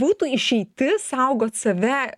būtų išeitis saugot save